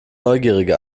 neugierige